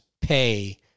pay